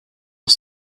was